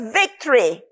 victory